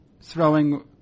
throwing